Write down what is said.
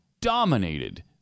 dominated